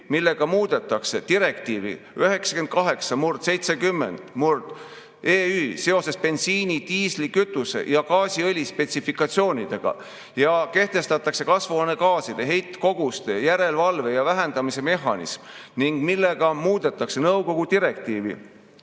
millega muudetakse direktiivi 98/70/EÜ seoses bensiini, diislikütuse ja gaasiõli spetsifikatsioonidega ja kehtestatakse kasvuhoonegaaside heitkoguste järelevalve ja vähendamise mehhanism ning millega muudetakse nõukogu direktiivi